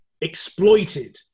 exploited